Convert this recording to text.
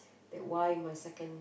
that why my second